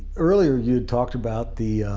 earlier you talked about the